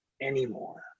anymore